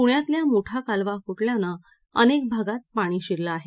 पुण्यातल्या मुठा कालवा फुटल्यानं अनेक भागात पाणी शिरलं आहे